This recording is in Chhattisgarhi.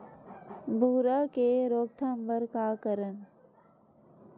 भूरा के रोकथाम बर का करन?